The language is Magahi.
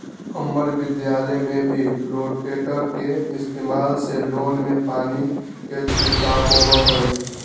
हम्मर विद्यालय में भी रोटेटर के इस्तेमाल से लोन में पानी के छिड़काव होबा हई